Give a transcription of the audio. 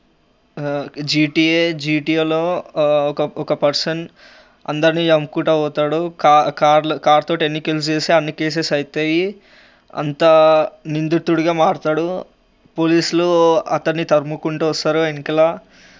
GTA జీటీఏలో ఒక ఒక పర్సన్ అందర్నీ చంపుకుంటూ పోతాడు కా కార్ కార్లతోటీ ఎన్ని కేసెస్ అయితే అన్ని కేసెస్ అవుతాయి అంత నిందుతుడిగా మార్తాడు పోలీసులు అతన్ని తరుముకుంటూ వస్తారు వెనకాల